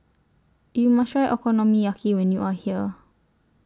YOU must Try Okonomiyaki when YOU Are here